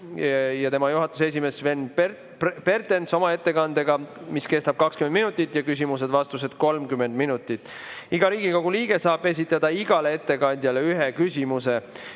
Liidu juhatuse esimees Sven Pertens oma ettekandega, mis kestab 20 minutit, küsimused-vastused 30 minutit. Iga Riigikogu liige saab esitada igale ettekandjale ühe küsimuse.